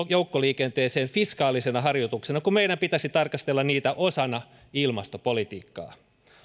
joukkoliikenteeseen fiskaalisena harjoituksena kun meidän pitäisi tarkastella niitä osana ilmastopolitiikkaa